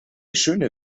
schöne